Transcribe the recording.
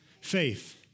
faith